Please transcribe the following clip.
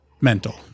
mental